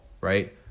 right